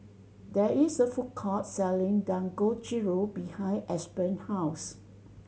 there is a food court selling Dangojiru behind Aspen's house